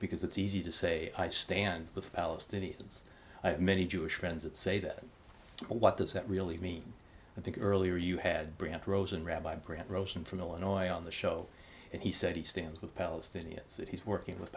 because it's easy to say i stand with the palestinians i have many jewish friends that say that but what does that really mean i think earlier you had brant rosen rabbi brant rosen from illinois on the show and he said he stands with palestinians that he's working with